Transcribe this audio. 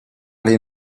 les